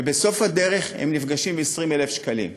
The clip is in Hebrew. ובסוף הדרך הם נפגשים עם 20,000 שקלים.